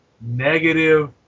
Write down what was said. negative